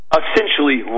essentially